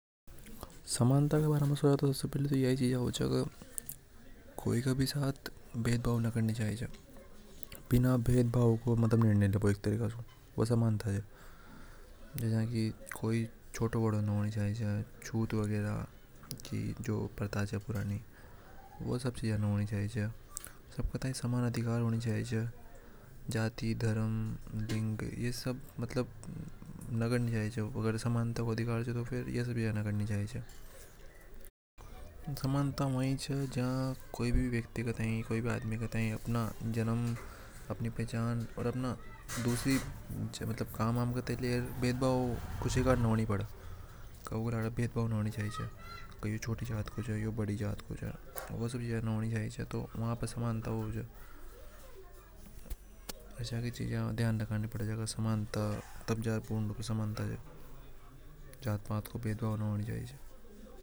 समानता के बारे में सोचो तो या चीज आवे की कोई के। साथ भेद भाव नि कारणों जस्या की कोई छोटों बड़ों नि होना चाहिए च छूत वगैरा की जो प्रथा च वे अब नि होनी चाहिए मतलब जाती धर्म ये सब नि करना चाव च। समानता वहीं च झा की भी व्यक्ति ये कोई भी भेद भाव। कोई भी अंतर नि झेलना पड़े की तो छोटी जात को यो बड़ी जात को ये सब नि होनी चाहिए च आशय की जा। ध्यान न रखनी चाहिए च।